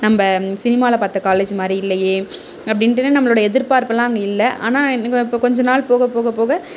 நம்ம சினிமாவில் பார்த்த காலேஜ் மாதிரி இல்லையே அப்படின்ட்டு நம்மளோட எதிர்பார்ப்பெலாம் அங்கே இல்லை ஆனால் எனக்கு இப்போ கொஞ்சம் நாள் போக போக போக